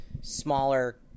smaller